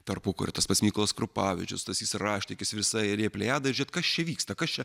tarpukariu tas pats mykolas krupavičius stasys raštikis visa eilė plejada žiūrėt kas čia vyksta kas čia